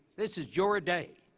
this is your ah day!